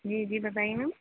جی جی بتائیے میم